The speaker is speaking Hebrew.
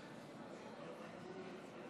50, נגד, 57. לפיכך,